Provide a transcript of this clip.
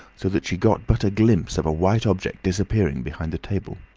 so that she got but a glimpse of a white object disappearing behind the table.